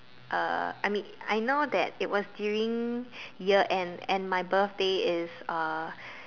uh I mean I know that it was during year end and my birthday is uh